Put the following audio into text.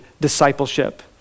discipleship